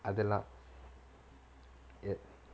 அதெல்லாம்:athellaam